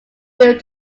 built